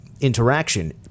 interaction